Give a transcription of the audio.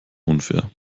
unfair